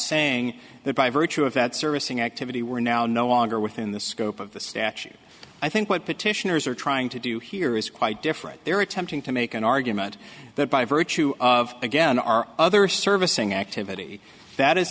saying that by virtue of that servicing activity we're now no longer within the scope of the statute i think what petitioners are trying to do here is quite different they're attempting to make an argument that by virtue of again our other servicing activity that is